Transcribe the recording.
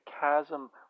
chasm